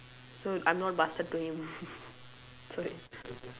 so I'm not bastard to him sorry